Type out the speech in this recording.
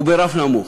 הוא ברף נמוך.